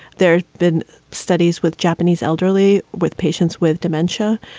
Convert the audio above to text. there's been studies with japanese elderly, with patients, with dementia.